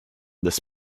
this